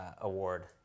award